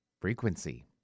Frequency